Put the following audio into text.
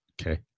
Okay